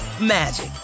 magic